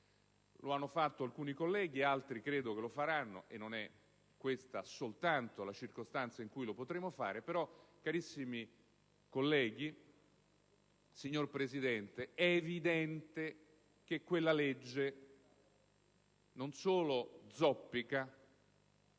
Lo hanno fatto alcuni colleghi e altri credo che lo faranno, e non è questa soltanto la circostanza in cui lo potremo fare, però carissimi colleghi, signor Presidente, è evidente che quella legge non solo zoppica,